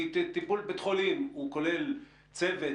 כי טיפול בבית החולים הוא כולל צוות,